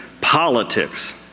politics